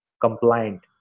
compliant